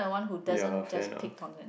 ya fair enough